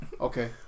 okay